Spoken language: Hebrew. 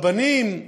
רבנים,